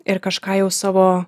ir kažką jau savo